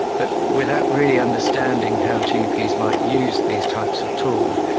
but without really understanding how gps might use these types of tool.